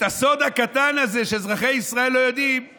הסוד הקטן שאזרחי ישראל לא יודעים הוא